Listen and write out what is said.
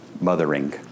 mothering